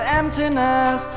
emptiness